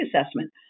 assessment